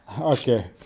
Okay